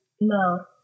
no